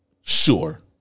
sure